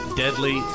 deadly